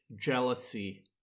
jealousy